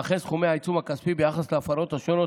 ולכן סכומי העיצום הכספי ביחס להפרות השונות